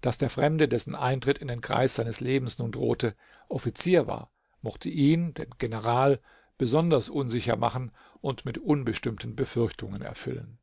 daß der fremde dessen eintritt in den kreis seines lebens nun drohte offizier war mochte ihn den general besonders unsicher machen und mit unbestimmten befürchtungen erfüllen